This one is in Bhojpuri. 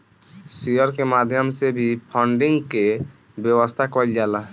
शेयर के माध्यम से भी फंडिंग के व्यवस्था कईल जाला